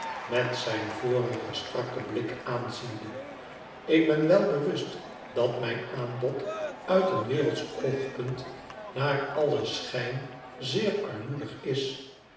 met zijn vorigen strakken blik aanziende ik ben wel bewust dat mijn aanbod uit een wereldsch oogpunt naar allen schijn zeer armoedig is